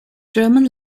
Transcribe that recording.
german